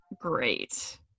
great